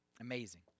Amazing